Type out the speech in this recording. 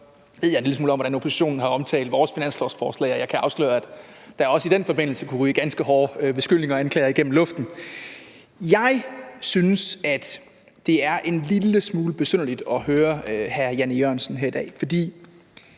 ved jeg en lille smule om, hvordan oppositionen har omtalt vores finanslovsforslag. Jeg kan afsløre, at der også i den forbindelse kunne ryge ganske hårde beskyldninger og anklager igennem luften. Jeg synes, at det er en lille smule besynderligt at høre hr. Jan E. Jørgensen her i dag, for